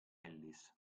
ellis